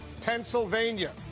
Pennsylvania